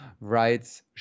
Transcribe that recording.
writes